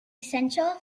essential